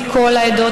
מכל העדות,